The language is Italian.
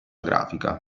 grafica